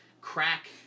crack